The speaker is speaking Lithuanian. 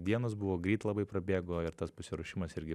dienos buvo greit labai prabėgo ir tas pasiruošimas irgi